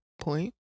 point